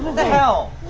the hell?